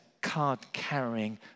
card-carrying